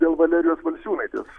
dėl valerijos valsiūnaitės